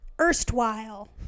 Erstwhile